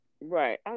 right